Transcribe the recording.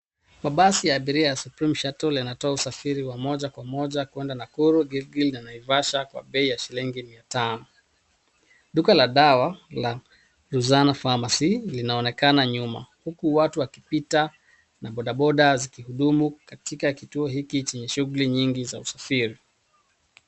Mabasi ya abiria ya supreme shuttle yanatoa usafiri wa moja kwa moja kwenda Nakuru, Gilgil na Naivasha kwa bei ya shilingi mia tano. Duka la dawa la ruzana pharmacy linaonekana nyuma huku watu wakipita na bodaboda zikihudumu katika kituo hiki chenye shughuli nyingi za usafiri.